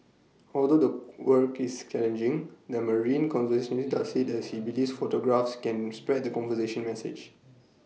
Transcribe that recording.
although the work is challenging the marine conservationist does IT as he believes photographs can spread the conservation message